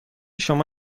شما